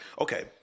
okay